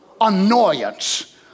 annoyance